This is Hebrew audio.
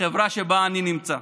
בחברה שבה אני נמצא.